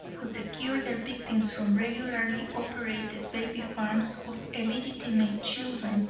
who secured their victims from regularly operated baby farms of illegitimate children,